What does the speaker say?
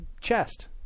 chest